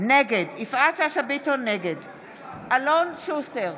נגד אלון שוסטר,